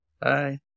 Bye